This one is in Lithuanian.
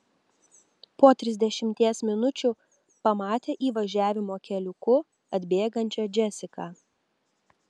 po trisdešimties minučių pamatė įvažiavimo keliuku atbėgančią džesiką